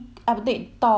fifty three liao eh